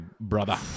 brother